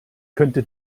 könnte